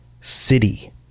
city